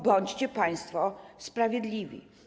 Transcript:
Bądźcie państwo sprawiedliwi.